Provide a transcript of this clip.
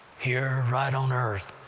here right on earth.